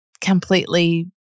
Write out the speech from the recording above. completely